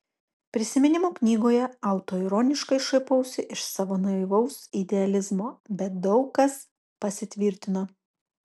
prisiminimų knygoje autoironiškai šaipausi iš savo naivaus idealizmo bet daug kas pasitvirtino